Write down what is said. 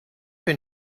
been